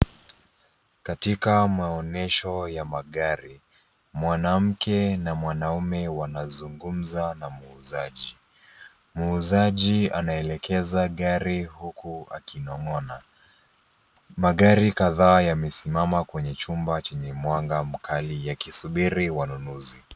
Katika maonyesho ya magari, mwanamke na mwanaume wanazungumza na muuzaji. Muuzaji anaelekeza gari huku akinongona. Magari kadhaa yamesimama kwenye chumba chenye mwanga mkali yakisubiri wanunuzi.